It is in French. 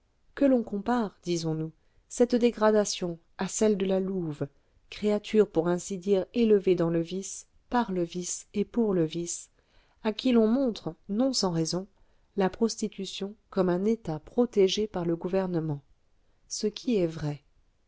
que l'on compare disons-nous cette dégradation à celle de la louve créature pour ainsi dire élevée dans le vice par le vice et pour le vice à qui l'on montre non sans raison la prostitution comme un état protégé par le gouvernement ce qui est vrai